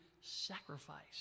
sacrifice